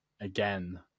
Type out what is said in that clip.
again